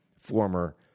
former